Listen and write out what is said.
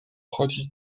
chodzić